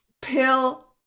pill